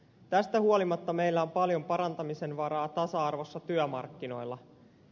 tästä huolimatta meillä on paljon parantamisen varaa tasa arvossa työmarkkinoilla